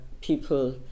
people